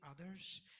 others